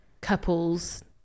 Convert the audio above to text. couples